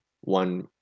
one